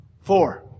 Four